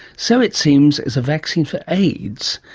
so, it seems, is a vaccine for aids.